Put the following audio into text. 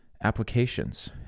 applications